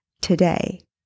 today